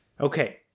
Okay